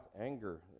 anger